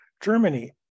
Germany